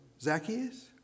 Zacchaeus